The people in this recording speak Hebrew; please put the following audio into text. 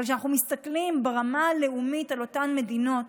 אבל כשאנחנו מסתכלים ברמה הלאומית על אותן מדינות,